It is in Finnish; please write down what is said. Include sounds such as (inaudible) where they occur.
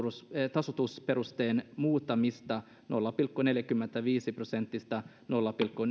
tasoitusperusteen muuttamista nolla pilkku neljästäkymmenestäviidestä prosentista nolla pilkku (unintelligible)